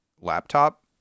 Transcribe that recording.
laptop